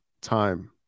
time